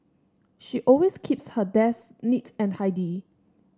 she always keeps her desk neat and tidy